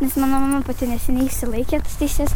nes mano mama pati neseniai išsilaikė teises